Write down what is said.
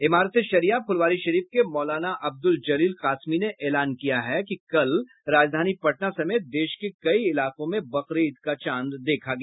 इमारत ए शरिया फुलवारीशरीफ के मौलाना अब्दुल जलील कासमी ने ऐलान किया है कि कल राजधानी पटना समेत देश के कई इलाकों में बकरीद का चांद देखा गया